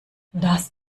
das